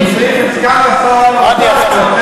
סגן שר האוצר.